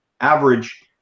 average